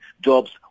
jobs